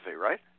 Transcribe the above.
right